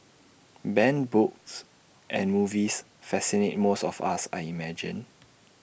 banned books and movies fascinate most of us I imagine